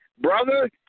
brother